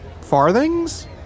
farthings